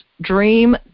Dream